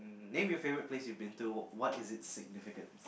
name your favourite place you've been to what is it significant